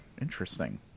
Interesting